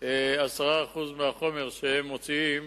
למחזר 10% מהחומר שהם מוציאים.